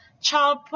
child